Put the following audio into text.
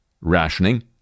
rationing